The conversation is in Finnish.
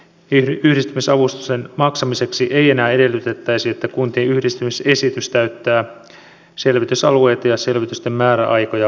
yhdistymisavustuksen maksamiseksi ei enää edellytettäisi että kuntien yhdistymisesitys täyttää selvitysalueita ja selvitysten määräaikoja koskevat edellytykset